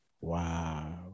Wow